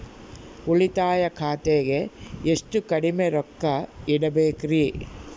ಉಳಿತಾಯ ಖಾತೆಗೆ ಎಷ್ಟು ಕಡಿಮೆ ರೊಕ್ಕ ಇಡಬೇಕರಿ?